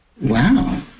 Wow